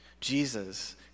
Jesus